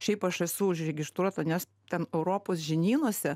šiaip aš esu užregistruota nes ten europos žinynuose